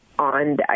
On